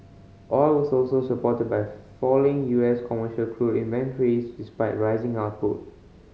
oil was also supported by falling U S commercial crude inventories despite rising output